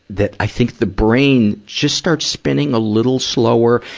that, i think, the brain just starts spinning a little slower,